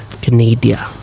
Canada